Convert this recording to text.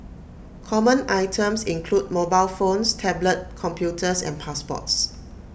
common items include mobile phones tablet computers and passports